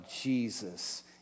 Jesus